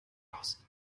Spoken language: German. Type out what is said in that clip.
aus